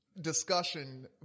discussion